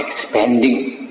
expanding